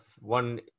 one